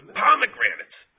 pomegranates